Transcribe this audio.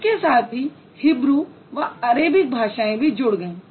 इसके साथ ही हिब्रू व अरेबिक भाषाएँ भी जुड़ गईं